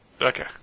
Okay